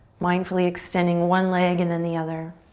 mindfully extending one leg and then the other.